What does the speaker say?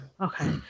Okay